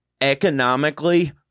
economically